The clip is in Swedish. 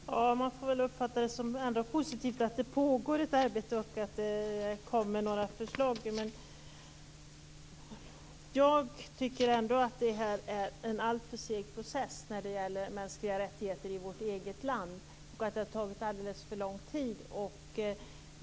Fru talman! Man får väl uppfatta det som positivt att det pågår ett arbete och att det kommer några förslag. Men jag tycker ändå att det är en alltför seg process när det gäller mänskliga rättigheter i vårt eget land. Jag tycker att det har tagit alldeles för lång tid.